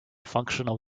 functional